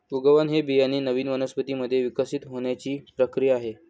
उगवण ही बियाणे नवीन वनस्पतीं मध्ये विकसित होण्याची प्रक्रिया आहे